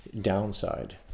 downside